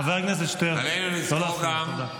חבר הכנסת שטרן, לא להפריע, תודה.